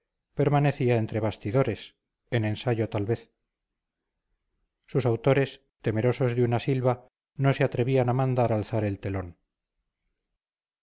permanecía entre bastidores en ensayo tal vez sus autores temerosos de una silba no se atrevían a mandar alzar el telón